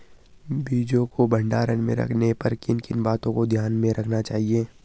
बीजों को भंडारण में रखने पर किन किन बातों को ध्यान में रखना चाहिए?